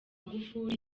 magufuli